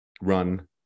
run